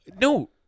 No